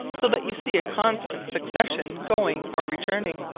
so that you see a constant succession going or returning.